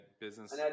business